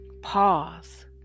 Pause